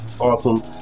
awesome